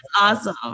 awesome